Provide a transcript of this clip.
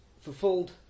fulfilled